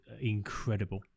incredible